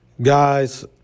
guys